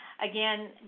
Again